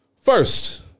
First